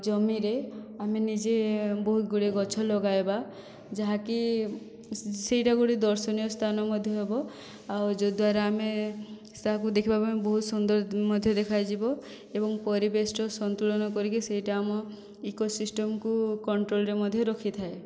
ଜମିରେ ଆମେ ନିଜେ ବହୁତ ଗୁଡ଼ିଏ ଗଛ ଲଗାଇବା ଯାହାକି ସେଇଟା ଗୋଟିଏ ଦର୍ଶନୀୟ ସ୍ଥାନ ମଧ୍ୟ ହେବ ଆଉ ଯଦ୍ଵାରା ଆମେ ତାକୁ ଦେଖିବା ପାଇଁ ବହୁତ ସୁନ୍ଦର ମଧ୍ୟ ଦେଖାଯିବ ଏବଂ ପରିବେଶଟା ସନ୍ତୁଳନ କରିକି ସେଇଟା ଆମ ଇକୋସିଷ୍ଟମକୁ କଣ୍ଟ୍ରୋଲରେ ମଧ୍ୟ ରଖିଥାଏ